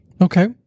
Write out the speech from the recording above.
Okay